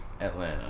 Atlanta